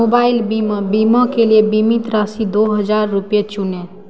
mobile बीमा बीमा के लिए बीमित राशि दो हज़ार रुपये चुनें